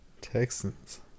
Texans